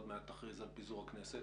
בהינתן שעוד מעט תכריז על פיזור הכנסת,